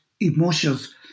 emotions